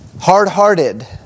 hard-hearted